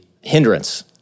hindrance